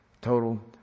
Total